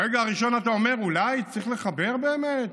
ברגע הראשון אתה אומר: אולי צריך לחבר באמת.